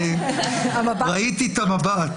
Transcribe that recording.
ראיתי את המבט.